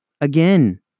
Again